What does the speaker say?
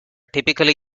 typically